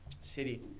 City